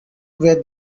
where